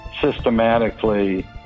systematically